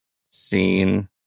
seen